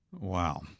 Wow